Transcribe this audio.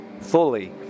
fully